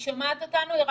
לא שומעים, חברים.